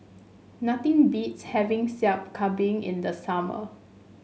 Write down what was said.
nothing beats having Sup Kambing in the summer